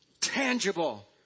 tangible